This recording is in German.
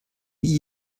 wie